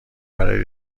برای